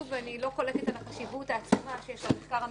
אני חולקת על החשיבות העצומה שיש למחקר המלווה.